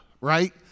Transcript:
right